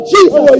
Jesus